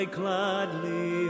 gladly